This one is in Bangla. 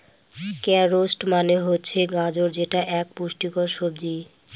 ক্যারোটস মানে হচ্ছে গাজর যেটা এক পুষ্টিকর সবজি